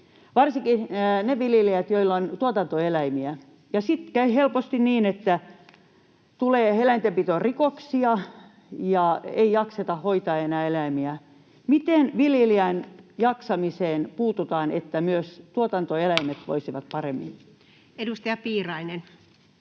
varsinkin niiden viljelijöiden, joilla on tuotantoeläimiä. Ja sitten käy helposti niin, että tulee eläintenpitorikoksia ja ei jakseta hoitaa enää eläimiä. Miten viljelijän jaksamiseen puututaan, että myös tuotantoeläimet voisivat